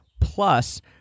Plus